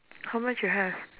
how much you have